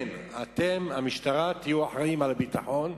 אתם, המשטרה, תהיו אחראים לביטחון,